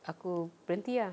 aku berhenti ah